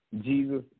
Jesus